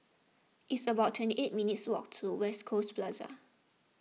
it's about twenty eight minutes' walk to West Coast Plaza